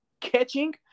catching